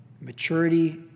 maturity